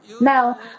Now